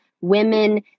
women